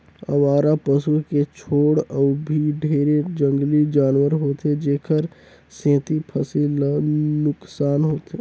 अवारा पसू के छोड़ अउ भी ढेरे जंगली जानवर होथे जेखर सेंथी फसिल ल नुकसान होथे